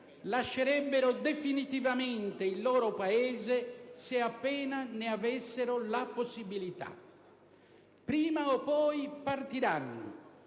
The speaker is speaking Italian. lascerebbero definitivamente il loro Paese se appena ne avessero la possibilità. Prima o poi partiranno,